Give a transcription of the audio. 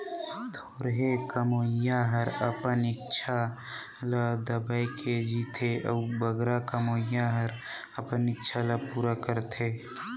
थोरहें कमोइया हर अपन इक्छा ल दबाए के जीथे अउ बगरा कमोइया हर अपन इक्छा ल पूरा करथे